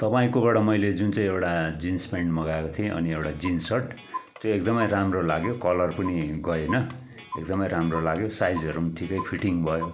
तपाईँकोबाट मैले जुन चाहिँ एउटा जिन्स पेन्ट मगाएको थिएँ अनि एउटा जिन्स सर्ट त्यो एकदमै राम्रो लाग्यो कलर पनि गएन एकदमै राम्रो लाग्यो साइजहरू पनि ठिकै फिटिङ भयो